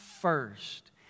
first